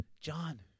John